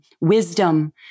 wisdom